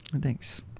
thanks